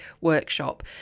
workshop